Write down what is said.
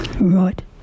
Right